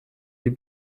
die